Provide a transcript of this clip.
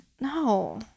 No